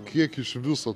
kiek iš viso